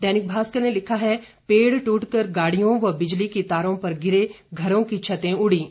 दैनिक भास्कर ने लिखा है पेड़ टूटकर गाड़ियों व बिजली की तारों पर गिरे घरों की छतें उड़ीं